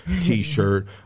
t-shirt